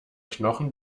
knochen